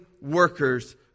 workers